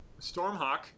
Stormhawk